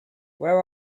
where